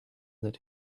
that